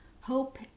Hope